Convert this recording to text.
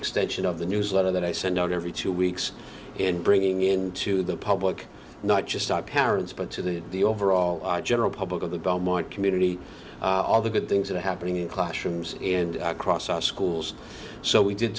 extension of the newsletter that i send out every two weeks and bringing in to the public not just our parents but to the overall general public of the belmont community all the good things that are happening in classrooms and across our schools so we did